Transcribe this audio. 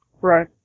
Right